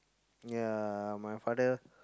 ya my father